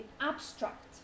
abstract